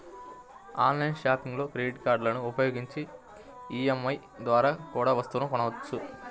online షాపింగ్లో credit కార్డులని ఉపయోగించి ఈ.ఎం.ఐ ద్వారా కూడా వస్తువులను కొనొచ్చు